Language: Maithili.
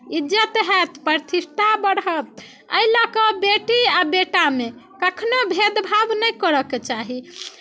इज्जत हैत प्रतिष्ठा बढ़त एहि लऽ कऽ बेटी आ बेटामे कखनो भेदभाव नहि करयके चाही